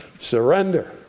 surrender